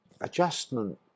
adjustment